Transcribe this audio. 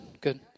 Good